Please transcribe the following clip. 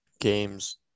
games